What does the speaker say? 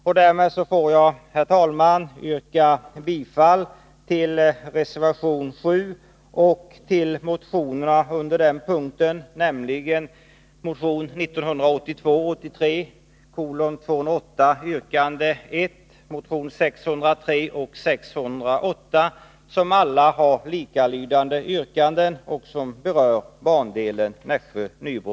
Med detta yrkar jag, herr talman, bifall till reservation 7 och till motionerna under den punkten, nämligen motion 1982/83:208 yrkande 1, motionerna 603 och 608, som alla har likalydande yrkanden och som berör bandelen Nässjö-Nybro.